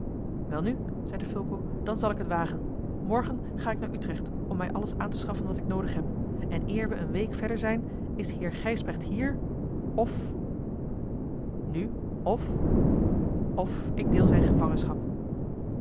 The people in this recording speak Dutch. welnu zeide fulco dan zal ik het wagen morgen ga ik naar utrecht om mij alles aan te schaffen wat ik noodig heb en eer we eene week verder zijn is heer gijsbrecht hier of nu of of ik deel zijne gevangenschap